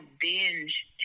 Binge